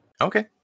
Okay